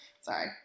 Sorry